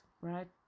right